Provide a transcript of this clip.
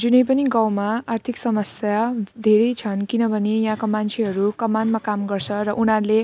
जुनै पनि गाउँमा आर्थिक समस्या धेरै छन् किनभने यहाँको मान्छेहरू कमानमा काम गर्छ र उनीहरूले